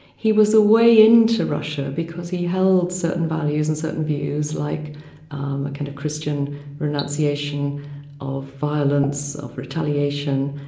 he was a way into russia, because he held certain values and certain views like um a kind of christian renunciation of violence, of retaliation,